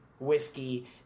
whiskey